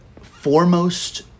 foremost